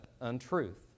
untruth